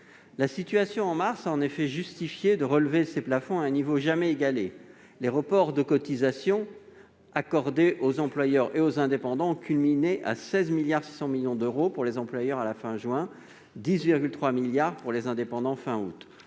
La situation en mars dernier a en effet justifié de relever ces plafonds à un niveau jamais égalé. Les reports de cotisations accordés aux employeurs et aux indépendants culminaient à 16,6 milliards d'euros pour les employeurs à la fin juin, et à 18,3 milliards d'euros pour les indépendants à la fin août.